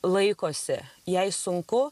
laikosi jai sunku